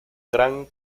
gran